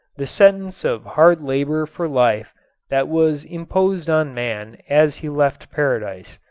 the sentence of hard labor for life that was imposed on man as he left paradise.